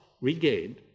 regained